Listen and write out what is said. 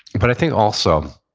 but i think also,